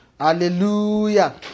Hallelujah